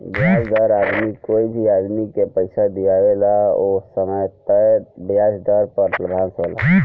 ब्याज पर आदमी कोई भी आदमी के पइसा दिआवेला ओ समय तय ब्याज दर पर लाभांश होला